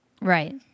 Right